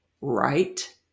right